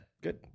Good